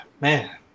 man